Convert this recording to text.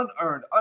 unearned